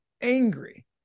angry